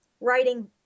writing